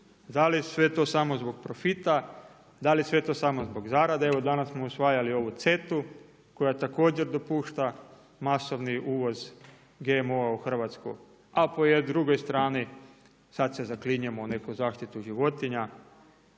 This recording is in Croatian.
Da li je sve to samo zbog profita, da li je to sve samo zbog zarade. Evo danas smo usvajali ovu CETA-u koja također dopušta masovni uvoz GMO-a u Hrvatsku, a po drugoj strani sad se zaklinjemo u neku zaštitu životinja,